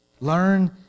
Learn